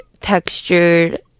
textured